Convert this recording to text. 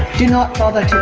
do not bother to